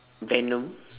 venom